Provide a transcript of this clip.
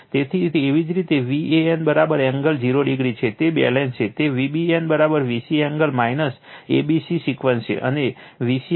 તેથી એવી જ રીતે Van એંગલ 0 o છે તે બેલેન્સ છે Vbn Vc angle a b c sequence છે